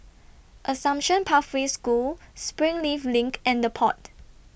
Assumption Pathway School Springleaf LINK and The Pod